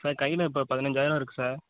sir கையில் இப்போ பதினைஞ்சாயிரம் இருக்குது சார்